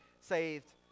saved